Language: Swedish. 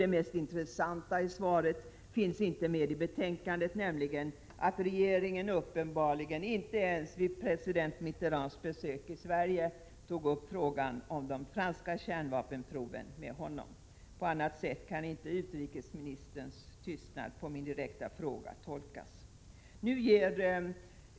Det mest intressanta i svaret finns inte med i betänkandet, nämligen att regeringen uppenbarligen inte ens vid president Mitterands besök i Sverige tog upp frågan om de franska kärnvapenproven. På annat sätt kan inte utrikesministerns tystnad på min direkta fråga tolkas.